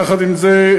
יחד עם זה,